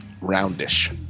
roundish